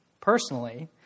personally